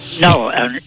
No